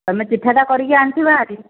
ତମେ ଚିଠା ଟା କରିକି ଆଣିଥିବ ଆରି